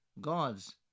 gods